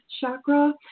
chakra